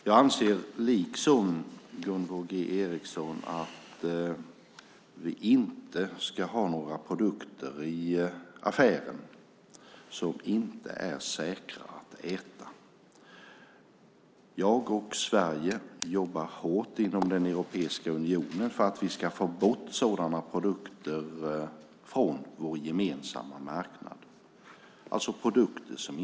Jag anser liksom Gunvor G Ericson att vi inte ska ha några produkter i affären som inte är säkra att äta. Jag och Sverige jobbar hårt inom Europeiska unionen för att vi ska få bort produkter som inte är säkra från vår gemensamma marknad.